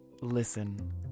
listen